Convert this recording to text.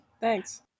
Thanks